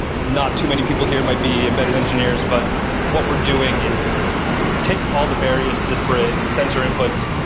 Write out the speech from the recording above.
but not too many people here might be embedded engineers, but what we're doing is we we take all the various disparate sensor inputs.